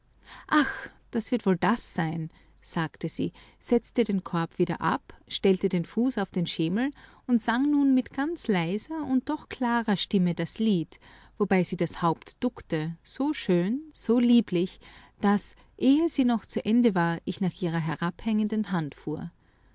ach das wird wohl das sein sagte sie setzte den korb wieder ab stellte den fuß auf den schemel und sang nun mit ganz leiser und doch klarer stimme das lied wobei sie das haupt duckte so schön so lieblich daß ehe sie noch zu ende war ich nach ihrer herabhängenden hand fuhr